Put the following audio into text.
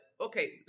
okay